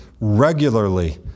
regularly